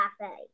cafe